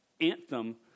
anthem